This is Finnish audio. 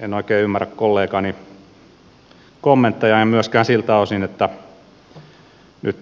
en oikein ymmärrä kollegani kommentteja en myöskään siltä osin että nyt